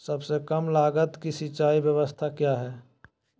सबसे कम लगत की सिंचाई ब्यास्ता क्या है?